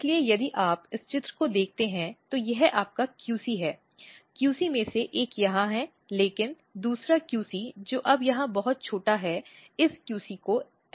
इसलिए यदि आप इस चित्र को देखते हैं तो यह आपका QC है QC में से एक यहाँ है लेकिन दूसरा QC जो अब यहाँ बहुत छोटा है इस QC को समाप्त कर दिया गया है